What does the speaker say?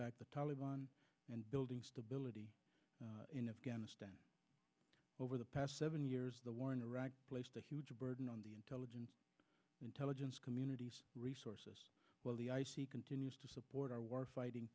back the taliban and building stability in afghanistan over the past seven years the war in iraq placed a huge burden on the intelligence intelligence community resources continues to support our war fighting